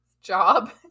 job